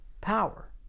power